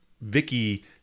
Vicky